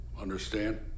Understand